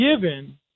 given